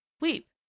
weep